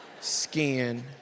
skin